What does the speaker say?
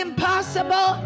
Impossible